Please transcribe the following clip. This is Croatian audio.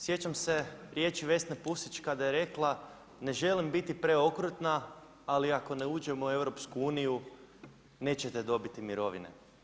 Sjećam se riječi Vesne Pusić kada je rekla, ne želim biti preokrutna, ali ako ne uđemo u EU, nećete dobiti mirovine.